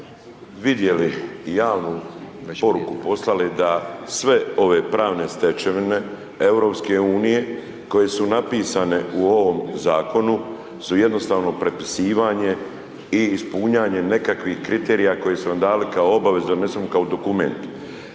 vidjeli i javnu poruku poslali da sve ove pravne stečevine EU-a koje su napisane u ovom zakonu su jednostavno prepisivanje i ispunjavanje nekakvih kriterija koje su nam dali kao obavezu da unesemo kao dokument.